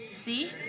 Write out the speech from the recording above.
See